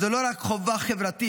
זו לא רק חובה חברתית,